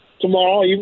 tomorrow